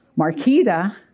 Marquita